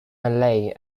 malay